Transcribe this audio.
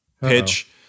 pitch